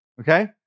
okay